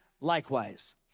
likewise